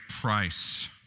price